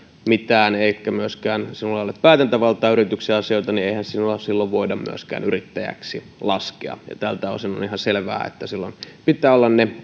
mitään eikä sinulla ole päätäntävaltaa yrityksen asioihin niin eihän sinua silloin voida myöskään yrittäjäksi laskea ja tältä osin on ihan selvää että silloin pitää olla ne